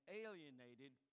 alienated